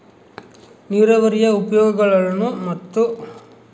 ನೇರಾವರಿಯ ಉಪಯೋಗಗಳನ್ನು ಮತ್ತು?